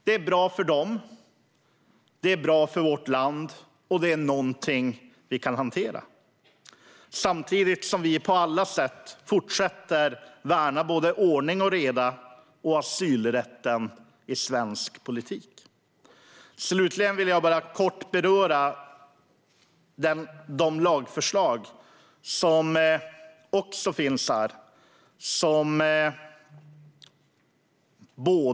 Det är bra för dem, det är bra för vårt land och det är något som vi kan hantera. Samtidigt fortsätter vi att på alla sätt värna både ordning och reda och asylrätten i svensk politik. Slutligen vill jag kort beröra de andra lagförslagen som finns med här.